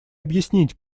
объяснить